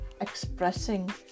expressing